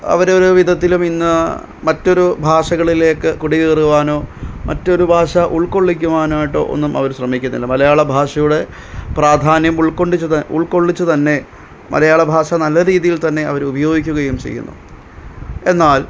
അവരൊരു വിധത്തിലും ഇന്ന് മറ്റൊരു ഭാഷകളിലേക്ക് കുടിയേറുവാനോ മറ്റൊരു ഭാഷ ഉള്ക്കൊള്ളിക്കുവാനായിട്ടോ ഒന്നും അവർ ശ്രമിക്കുന്നില്ല മലയാള ഭാഷയുടെ പ്രധാന്യം ഉള്ക്കൊണ്ടിച്ചത് ഉള്ക്കൊള്ളിച്ച് തന്നെ മലയാള ഭാഷ നല്ല രീതിയില് തന്നെ അവർ ഉപയോഗിക്കുകയും ചെയ്യുന്നു എന്നാല്